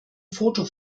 foto